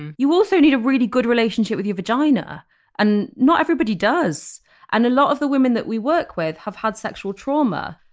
and you also need a really good relationship with your vagina and not everybody does and a lot of the women that we work with have had sexual trauma.